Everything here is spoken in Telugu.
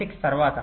6 తరువాత